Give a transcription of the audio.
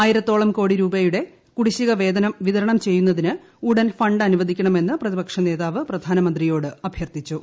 ആയിരത്തോളം കോടി രൂപയുടെ കുടിശ്ശിക വേതനം വിതരണം ചെയ്യുന്നതിന് ഉടൻ ഫണ്ട് അനുവദിക്കണമെന്ന് പ്രതിപക്ഷ നേതാവ് പ്രധാനമന്ത്രിയോട് അഭ്യർത്ഥിച്ചു